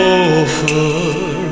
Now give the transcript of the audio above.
offer